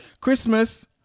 Christmas